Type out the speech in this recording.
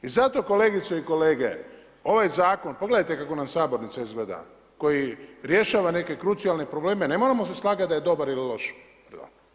I zato kolegice i kolege, ovaj zakon, pogledajte kako nam sabornica izgleda koji rješava neke krucijalne probleme, ne moramo se slagati da je dobar ili loš.